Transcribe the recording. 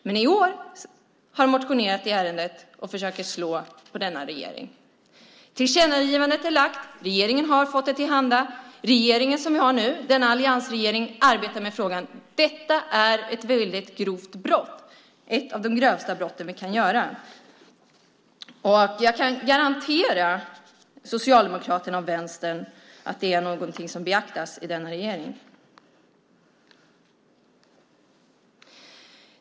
Men i år har de motionerat i ärendet och försöker slå på denna regering. Tillkännagivandet är gjort. Regeringen har fått det till handa. Den regering som vi har nu, alliansregeringen, arbetar med frågan. Detta är ett väldigt grovt brott, ett av de grövsta brotten vi kan begå. Jag kan garantera Socialdemokraterna och Vänstern att det är någonting som beaktas i denna regering.